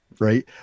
right